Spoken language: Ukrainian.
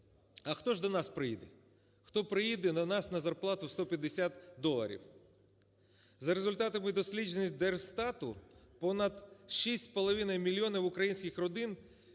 А хто ж до нас приїде? Хто приїде до нас на зарплату 150 доларів? За результатами дослідження Держстату понад 6,5 мільйонів українських родин